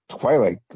Twilight